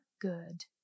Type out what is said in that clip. good